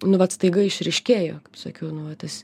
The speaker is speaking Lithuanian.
nu vat staiga išryškėjo kaip sakiau nu vat tas